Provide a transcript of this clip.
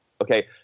Okay